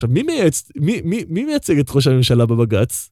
מי מייצג את ראש הממשלה בבג"צ?